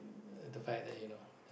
uh the fact that you know